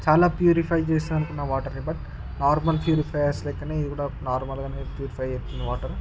చాలా ప్యూరిఫై చేస్తుంది అనుకున్నా వాటర్ని బట్ నార్మల్ ప్యూరిఫయర్స్ లెక్కనే ఇది కూడా నార్మల్గానే ప్యూరిఫై చేస్తుంది వాటరు